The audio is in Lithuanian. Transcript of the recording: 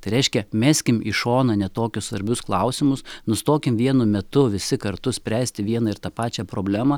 tai reiškia meskim į šoną ne tokius svarbius klausimus nustokim vienu metu visi kartu spręsti vieną ir tą pačią problemą